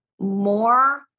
more